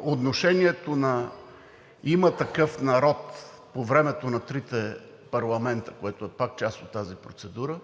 отношението на „Има такъв народ“ по времето на трите парламента, което е пак част от тази процедура,